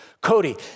Cody